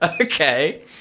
Okay